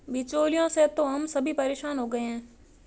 बिचौलियों से तो हम सभी परेशान हो गए हैं